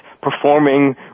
performing